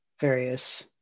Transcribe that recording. various